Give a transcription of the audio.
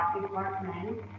department